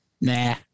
Nah